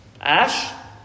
Ash